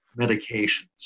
medications